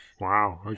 Wow